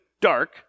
dark